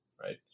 Right